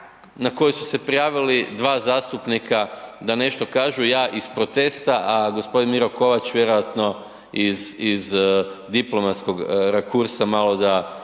na koju se prijavili dva zastupnika da nešto kažu, ja iz protesta, a gospodin Miro Kovač vjerojatno iz diplomatskog rakursa malo da